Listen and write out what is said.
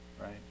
right